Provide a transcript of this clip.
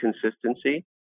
consistency